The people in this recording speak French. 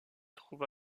trouve